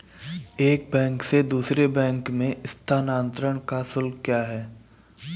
एक बैंक से दूसरे बैंक में स्थानांतरण का शुल्क क्या है?